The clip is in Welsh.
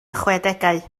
chwedegau